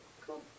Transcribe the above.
cool